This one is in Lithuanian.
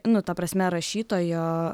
nu ta prasme rašytojo